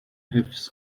حفظ